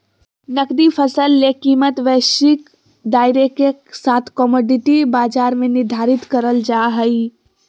नकदी फसल ले कीमतवैश्विक दायरेके साथकमोडिटी बाजार में निर्धारित करल जा हइ